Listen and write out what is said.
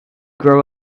grow